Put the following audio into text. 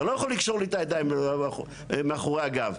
אתה לא יכול לקשור לי את הידיים מאחורי הגב.